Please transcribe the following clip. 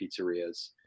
pizzerias